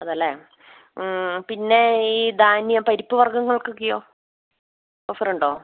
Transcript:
അതെയല്ലേ പിന്നെ ഈ ധാന്യ പരിപ്പ് വർഗ്ഗങ്ങൾക്കൊക്കെയോ ഓഫറുണ്ടോ